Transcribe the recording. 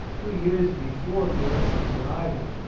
two years before gallitzin's arrival.